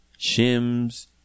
shims